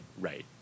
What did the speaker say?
right